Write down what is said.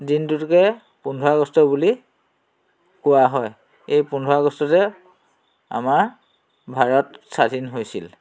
দিনটোকে পোন্ধৰ আগষ্ট বুলি কোৱা হয় এই পোন্ধৰ আগষ্টতে আমাৰ ভাৰত স্বাধীন হৈছিলে